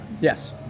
yes